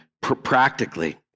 practically